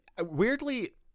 Weirdly